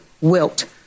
Wilt